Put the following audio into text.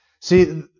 See